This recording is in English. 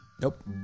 Nope